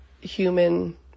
human